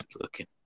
looking